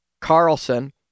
Carlson